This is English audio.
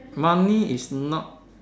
money is not